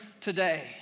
today